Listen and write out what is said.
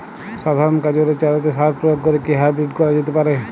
সাধারণ গাজরের চারাতে সার প্রয়োগ করে কি হাইব্রীড করা যেতে পারে?